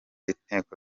inteko